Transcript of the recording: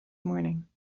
morning